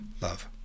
love